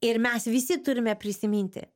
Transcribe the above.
ir mes visi turime prisiminti